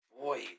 boy